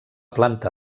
planta